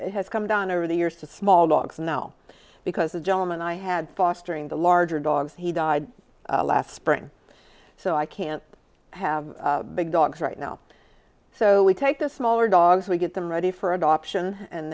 has come down over the years to small dogs now because the gentleman i had fostering the larger dogs he died last spring so i can't have big dogs right now so we take the smaller dogs we get them ready for adoption and